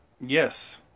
Yes